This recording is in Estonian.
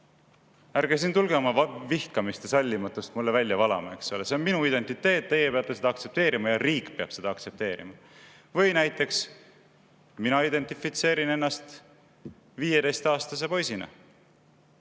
tulge siin oma vihkamist ja sallimatust mulle välja valama, eks ole! See on minu identiteet, teie peate seda aktsepteerima ja riik peab seda aktsepteerima." Või näiteks ma identifitseerin ennast 15‑aastase poisina.